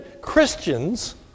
Christians